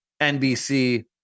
NBC